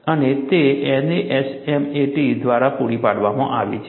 અને તે NASMAT દ્વારા પૂરી પાડવામાં આવી છે